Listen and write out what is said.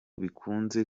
bikunze